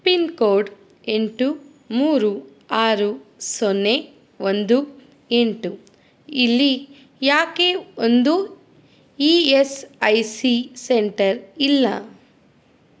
pin code ಎಂಟು ಮೂರು ಆರು ಸೊನ್ನೆ ಒಂದು ಎಂಟು ಇಲ್ಲಿ ಯಾಕೆ ಒಂದೂ E S I C centre ಇಲ್ಲ